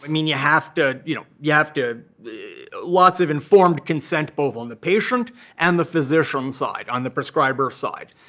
i mean, you have to you know yeah have to lots of informed consent both on the patient and the physician side, on the prescriber side.